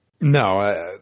No